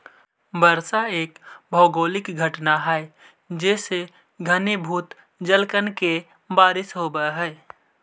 वर्षा एक भौगोलिक घटना हई जेसे घनीभूत जलकण के बारिश होवऽ हई